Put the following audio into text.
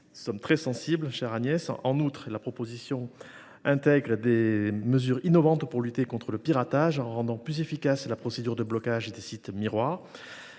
Nous y sommes très sensibles, ma chère collègue ! En outre, il intègre des mesures innovantes pour lutter contre le piratage en rendant plus efficace la procédure de blocage des sites miroirs,